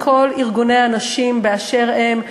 לכל ארגוני הנשים באשר הם,